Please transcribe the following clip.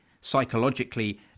psychologically